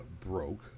broke